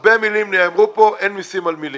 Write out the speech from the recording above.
הרבה מילים נאמרו כאן ואין מסים על מילים.